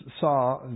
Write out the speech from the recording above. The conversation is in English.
saw